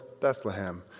Bethlehem